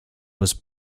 was